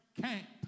camp